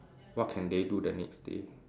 what can they do the next day